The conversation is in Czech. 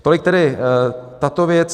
Tolik tedy tato věc.